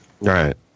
Right